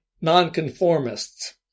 nonconformists